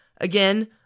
Again